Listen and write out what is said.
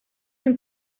een